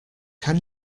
can